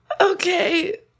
okay